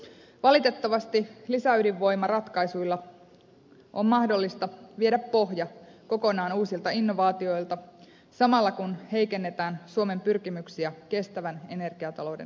valitettavasti lisäydinvoimaratkaisuilla on mahdollista viedä pohja kokonaan uusilta innovaatioilta samalla kun heikennetään suomen pyrkimyksiä kestävän energiatalouden saavuttamiseksi